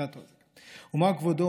ומהו כבודו,